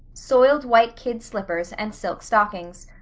soiled white kid slippers, and silk stockings.